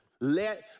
let